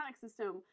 System